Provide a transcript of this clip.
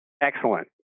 Excellent